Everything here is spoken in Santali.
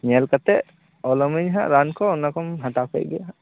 ᱧᱮᱞ ᱠᱟᱛᱮᱫ ᱚᱞᱟᱢᱟ ᱧ ᱱᱟᱜᱷ ᱨᱟᱱ ᱠᱚ ᱚᱱᱟᱠᱚᱢ ᱦᱟᱛᱟᱣ ᱠᱮᱫᱜᱮ